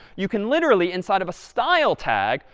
you can literally, inside of a style tag,